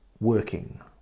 working